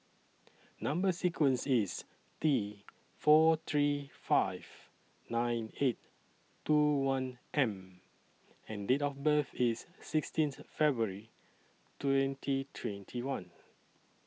Number sequence IS T four three five nine eight two one M and Date of birth IS sixteenth February twenty twenty one